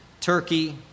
Turkey